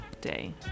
day